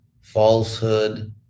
falsehood